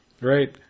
right